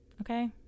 Okay